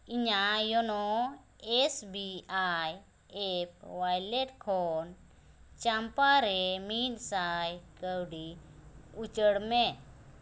ᱤᱧᱟᱹᱜ YONO S B I app wallet ᱠᱷᱚᱱ ᱪᱟᱢᱯᱟᱨᱮ ᱢᱤᱫᱥᱟᱭ ᱠᱟᱹᱣᱰᱤ ᱩᱪᱟᱹᱲ ᱢᱮ